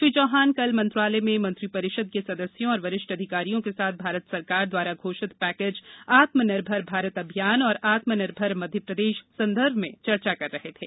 श्री चौहान कल मंत्रालय में मंत्रि परिषद के सदस्यों और वरिष्ठ अधिकारियों के साथ भारत सरकार द्वारा घोषित पक्केज आत्मनिर्भर भारत अभियान और आत्मनिर्भर मध्यप्रदेश संदर्भ में चर्चा कर रहे थे